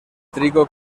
trigo